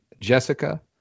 jessica